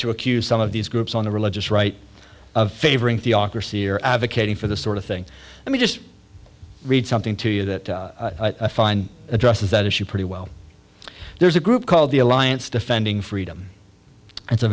to accuse some of these groups on the religious right of favoring theocracy or advocating for this sort of thing let me just read something to you that addresses that issue pretty well there's a group called the alliance defending freedom it's a